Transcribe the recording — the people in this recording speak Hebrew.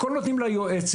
הכול נותנים ליועצת.